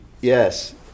Yes